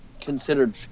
considered